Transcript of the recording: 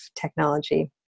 technology